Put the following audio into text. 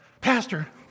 Pastor